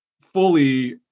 fully